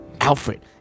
Alfred